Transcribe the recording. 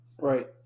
Right